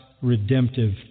redemptive